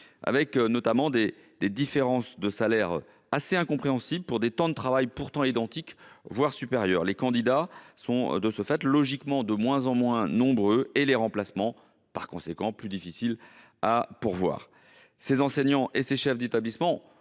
avec notamment des différences de salaires incompréhensibles pour des temps de travail pourtant identiques, voire supérieurs. Les candidats sont logiquement de moins en moins nombreux, et les remplacements plus difficiles à pourvoir. Ces enseignants et chefs d'établissement